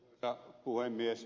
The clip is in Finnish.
arvoisa puhemies